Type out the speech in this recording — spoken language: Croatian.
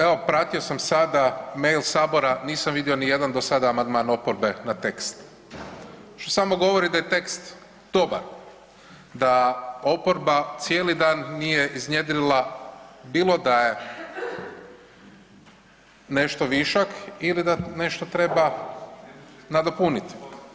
Evo pratio sam sada mail sabora nisam vidio ni jedan do sada amandman oporbe na tekst što samo govori da je tekst dobar, da oporba cijeli dan nije iznjedrila bilo da je nešto višak ili da nešto treba nadopuniti.